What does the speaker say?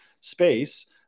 space